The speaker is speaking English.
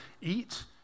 eat